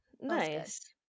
Nice